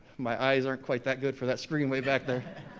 my eyes aren't quite that good for that screen way back there.